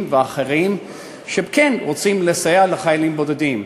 והאחרים שכן רוצים לסייע לחיילים בודדים,